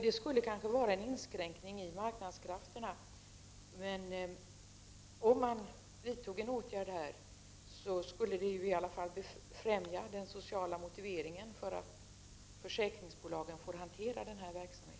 Det skulle kanske vara en inskränkning i marknadskrafternas spelrum, men om man vidtog en åtgärd skulle det åtminstone främja den sociala motiveringen för att försäkringsbolagen får hantera den här verksamheten.